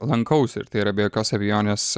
lankausi ir tai yra be jokios abejonės